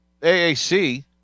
AAC